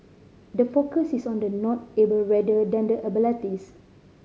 the focus is on the not able rather than the abilities